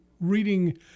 reading